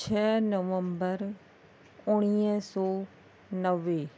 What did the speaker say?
छह नवम्बर उणवीह सौ नवे